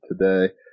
today